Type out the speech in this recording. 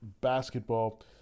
basketball